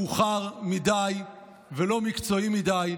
מאוחר מדי ולא מקצועי מדי.